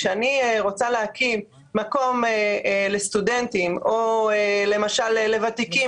כשאני רוצה להקים מקום לסטודנטים או למשל לוותיקים